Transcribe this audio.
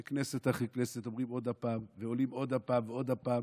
שכנסת אחרי כנסת אומרים עוד פעם ועולים עוד פעם ועוד פעם,